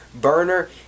burner